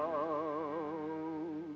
oh